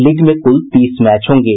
league में कुल तीस मैच होंगे